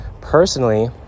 personally